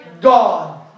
God